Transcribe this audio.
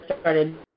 started